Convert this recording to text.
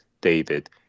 david